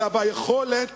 אלא ביכולת